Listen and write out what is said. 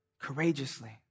courageously